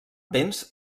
béns